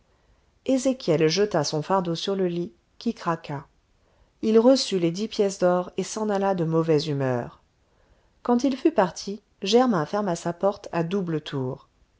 ezéchiel jeta son fardeau sur le lit qui craqua il reçut les dix pièces d'or et s'en alla de mauvaise humeur quand il fut parti germain ferma sa porte à double tour